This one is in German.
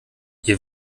ihr